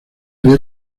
haría